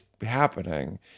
happening